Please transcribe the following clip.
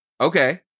Okay